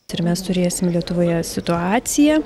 ir mes turėsim lietuvoje situaciją